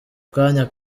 kanya